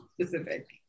specific